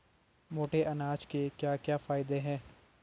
मोटे अनाज के क्या क्या फायदे हैं?